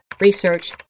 research